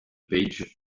page